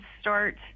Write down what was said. start